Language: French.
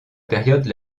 période